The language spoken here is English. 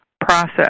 process